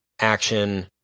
action